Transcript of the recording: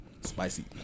spicy